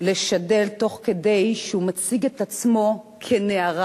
לשדל תוך כדי שהוא מציג את עצמו כנערה,